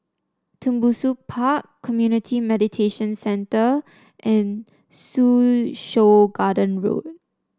Tembusu Park Community Mediation Centre and Soo Chow Garden Road